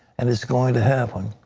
and it's going to happen.